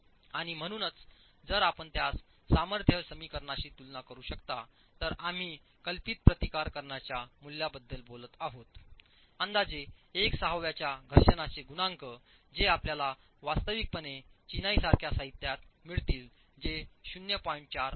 आणि म्हणूनच जर आपण यास सामर्थ्य समीकरणाशी तुलना करू शकता तर आम्ही कल्पित प्रतिकार करण्याच्या मूल्याबद्दल बोलत आहोत अंदाजे एक सहावाच्या घर्षणाचे गुणांक जे आपल्याला वास्तविकपणे चिनाई सारख्या साहित्यात मिळतील जे 0